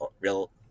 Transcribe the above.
real